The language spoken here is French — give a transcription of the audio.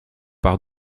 par